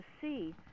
see